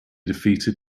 defeated